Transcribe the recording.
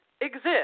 exist